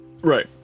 Right